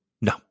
No